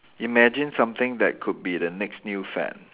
imagine something that could be the next new fad